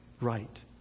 right